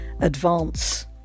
advance